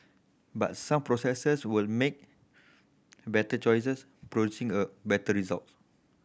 but some processes will make better choices producing a better result